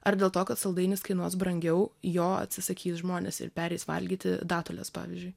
ar dėl to kad saldainis kainuos brangiau jo atsisakys žmonės ir pereis valgyti datules pavyzdžiui